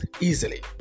easily